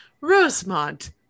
Rosemont